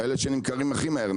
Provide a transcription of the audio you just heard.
של הספקים שנמכרים הכי מהר,